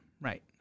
right